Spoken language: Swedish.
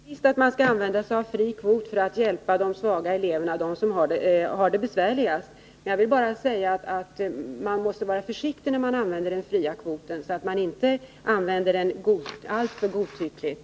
Herr talman! Jag tycker visst att man skall använda sig av fri kvot för att hjälpa de svaga eleverna, dem som har det besvärligast. Men jag vill bara säga att man måste vara försiktig när det gäller den fria kvoten så att man inte använder den alltför godtyckligt.